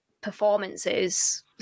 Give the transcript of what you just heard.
performances